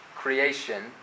creation